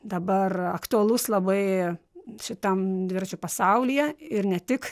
dabar aktualus labai šitam dviračių pasaulyje ir ne tik